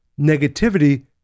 negativity